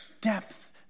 depth